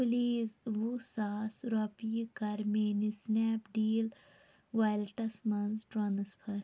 please وُہ ساس رۄپیہِ کَر میٛٲنِس سِنیپ ڈیٖل ویلٹس مَنٛز ٹرٛانٕسفر